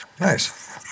Nice